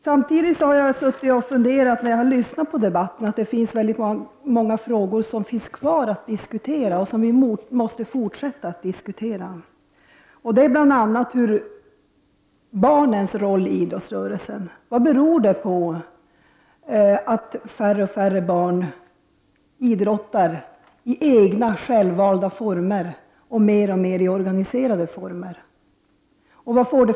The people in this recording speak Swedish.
Samtidigt har jag, när jag har lyssnat på debatten, funderat över att det återstår många frågor att diskutera. Bl.a. gäller det barnens roll i idrottsrörelsen. Vad beror det på att färre och färre barn idrottar i egna och självvalda former och mer och mer i organiserade former och vilka konsekvenser får det?